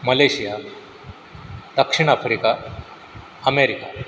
Malaysia दक्षिण Africa America